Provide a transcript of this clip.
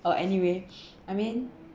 uh anyway I mean